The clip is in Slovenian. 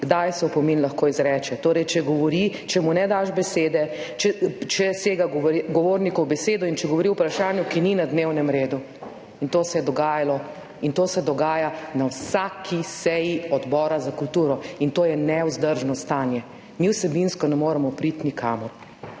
kdaj se opomin lahko izreče. Torej če govori, če mu ne daš besede, če sega govorniku v besedo in če govori o vprašanju, ki ni na dnevnem redu. To se je dogajalo in to se dogaja na vsaki seji Odbora za kulturo in to je nevzdržno stanje. Mi vsebinsko ne moremo priti nikamor.